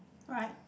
right